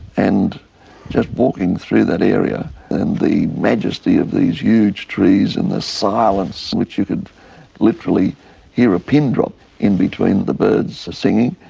and just walking through that area and the majesty of these huge trees and the silence in which you could literally hear a pin drop in between the birds singing,